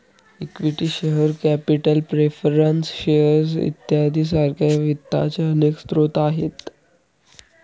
equity share capital preference shares इत्यादी सारख्या वित्ताचे अनेक स्रोत आहेत